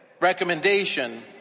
recommendation